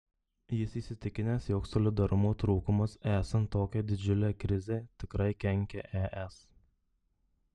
jis įsitikinęs jog solidarumo trūkumas esant tokiai didžiulei krizei tikrai kenkia es